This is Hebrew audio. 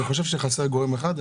אבל אני חושב שחסר גורם אחד,